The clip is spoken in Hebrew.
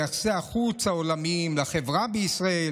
ליחסי החוץ העולמיים, לחברה בישראל,